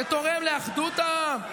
זה קורא לאחדות העם?